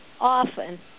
often